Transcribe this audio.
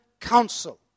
council